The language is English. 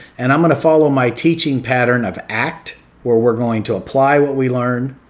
and i'm going to follow my teaching pattern of act or we're going to apply what we learn,